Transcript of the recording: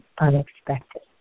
unexpected